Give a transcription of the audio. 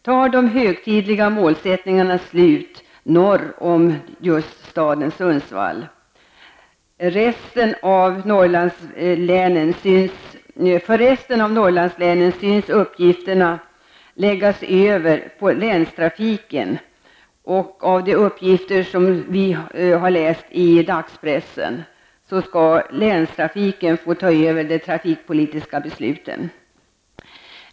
Tar de högtidliga målsättningarna slut norr om just staden Sundsvall? För resten av Norrlandslänen syns uppgifterna läggas över på länstrafiken. Av de uppgifter som vi har läst i dagspressen framgår att länstrafiken skall få ta över de trafikpolitiska besluten.